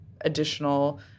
additional